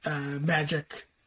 Magic